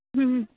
ਹੁੰ